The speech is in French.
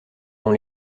dans